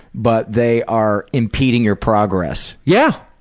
but they are impeding your progress. yeah!